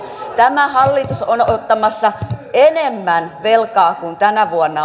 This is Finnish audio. tämä hallitus on ottamassa enemmän velkaa kuin tänä vuonna